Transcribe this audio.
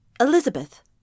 Elizabeth